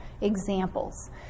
Examples